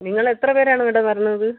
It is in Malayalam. നിങ്ങളെത്ര പേരാണ് ഇവിടെ വരുന്നത്